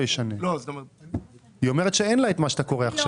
היא אומרת שאין לה את מה שאתה קורא עכשיו.